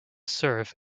serve